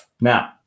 Now